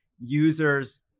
users